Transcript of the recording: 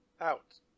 out